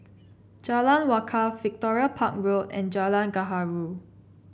Jalan Wakaff Victoria Park Road and Jalan Gaharu